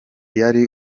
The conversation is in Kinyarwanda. yari